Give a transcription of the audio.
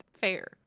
fair